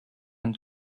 and